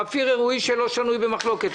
הרב פירר הוא איש שאינו שנוי במחלוקת.